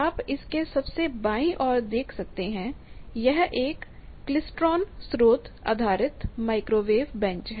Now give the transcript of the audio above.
आप इसके सबसे बाईं ओर देख सकते हैं कि यह एक क्लेस्ट्रॉन स्रोत आधारित माइक्रोवेव बेंच है